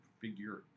figure